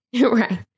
Right